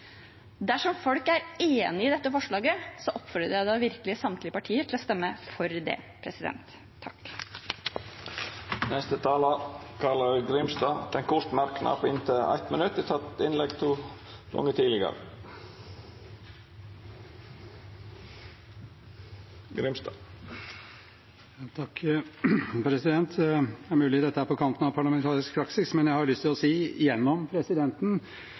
enig i dette forslaget, oppfordrer jeg virkelig samtlige partier til å stemme for det. Representanten Carl-Erik Grimstad har hatt ordet to gonger tidlegare og får ordet til ein kort merknad, avgrensa til 1 minutt. President, det er mulig at dette er på kanten av parlamentarisk praksis, men jeg har lyst til å si gjennom presidenten